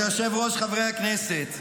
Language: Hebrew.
כבוד היושב-ראש, חברי הכנסת,